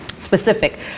Specific